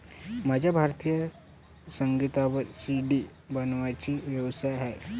माझा भारतीय संगीतावर सी.डी बनवण्याचा व्यवसाय आहे